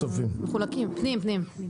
ה-15.